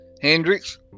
Hendrix